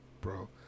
bro